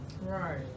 Right